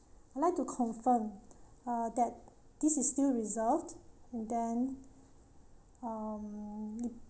I'd like to confirm uh that this is still reserved and then um